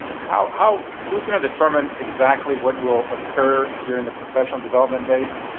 how how who's going to determine exactly what will occur during the professional development days?